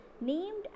named